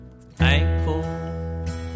Thankful